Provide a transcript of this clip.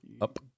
Up